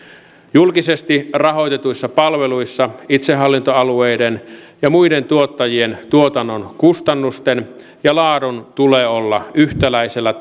julkisesti rahoitetuissa palveluissa itsehallintoalueiden ja muiden tuottajien tuotannon kustannusten ja laadun tulee olla yhtäläisellä